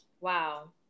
Wow